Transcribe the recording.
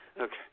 okay